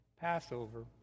Passover